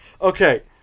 Okay